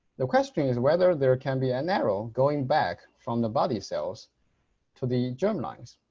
the question is whether there can be an arrow going back from the body cells to the germ lines